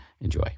Enjoy